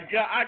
God